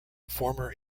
former